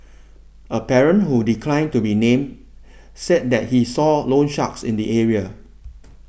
a parent who declined to be named said that he saw loansharks in the area